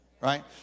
right